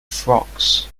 frocks